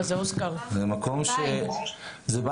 בסדר, זה הובהר לצורך הדיון.